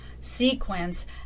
sequence